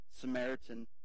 Samaritan